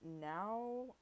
now